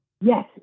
Yes